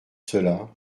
cela